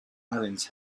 islands